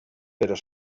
però